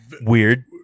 Weird